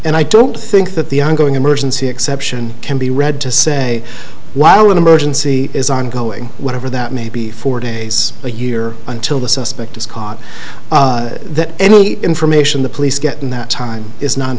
and i don't think that the ongoing emergency exception can be read to say while an emergency is ongoing whatever that may be four days a year until the suspect is caught that any information the police get in that time is no